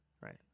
right